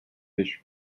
fish